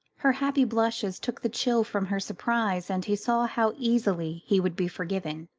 her happy blushes took the chill from her surprise, and he saw how easily he would be forgiven,